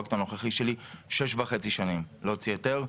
הפרויקט הנוכחי שלי הוא 6 וחצי שנים להוציא היתר.